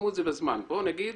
בואו נגיד